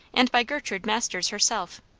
and by gertrude masters herself.